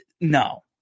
no